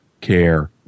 care